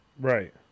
right